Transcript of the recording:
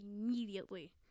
immediately